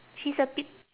she's a p~